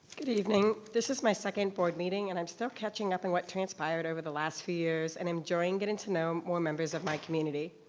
good evening, this is my second board meeting, and i'm still catching up on and what transpired over the last few years and enjoying getting to know more members of my community.